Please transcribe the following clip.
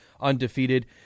undefeated